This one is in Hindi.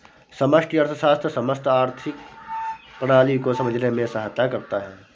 समष्टि अर्थशास्त्र समस्त आर्थिक प्रणाली को समझने में सहायता करता है